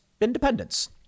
independence